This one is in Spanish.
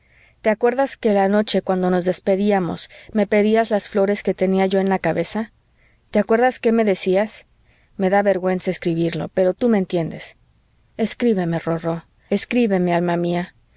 te acuerdas que la noche cuando nos despedíamos me pedías las flores que tenía yo en la cabeza te acuerdas qué me decías me da vergüenza escribirlo pero tú me entiendes escríbeme rorró escríbeme alma mía